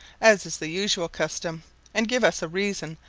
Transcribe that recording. as is the usual custom and give us a reason,